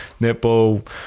netball